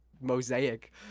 mosaic